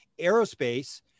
aerospace